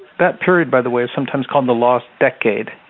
that period by the way is sometimes called the lost decade,